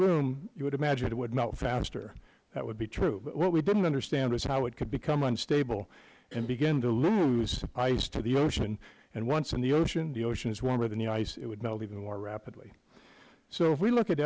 room you would imagine it would melt faster that would be true but what we didn't understand is how it could become unstable and begin to lose ice to the ocean and once in the ocean the ocean is warmer than the ice it would melt even more rapidly so if we look at